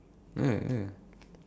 ya ya